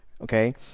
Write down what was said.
Okay